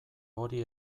hori